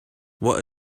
what